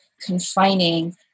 confining